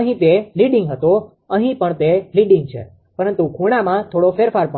અહીં તે લીડીંગ હતો અહીં પણ તે લીડીંગ છે પરંતુ ખૂણામાં થોડો ફેરફાર પણ છે